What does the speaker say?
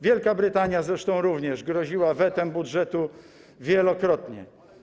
Wielka Brytania zresztą również groziła wetem budżetu wielokrotnie.